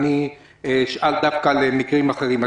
אני אשאל לגבי מקרים אחרים.